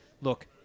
look